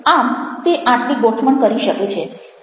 આમ તે આટલી ગોઠવણ કરી શકે છે